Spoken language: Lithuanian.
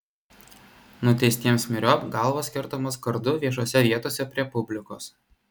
nuteistiems myriop galvos kertamos kardu viešose vietose prie publikos